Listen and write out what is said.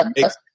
makes